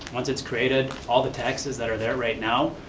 once it's created, all the taxes that are there right now,